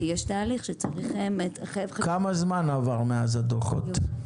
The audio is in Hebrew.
כי יש תהליך שמחייב -- כמה זמן עבר מאז הדוחות?